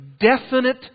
definite